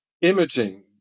imaging